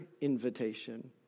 invitation